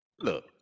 Look